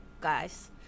guys